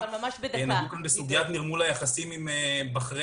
קודם כל בסוגיית נרמול היחסים עם בחריין,